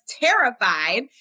terrified